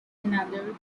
another